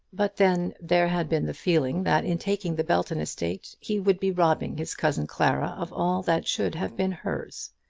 but then there had been the feeling that in taking the belton estate he would be robbing his cousin clara of all that should have been hers.